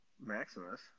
Maximus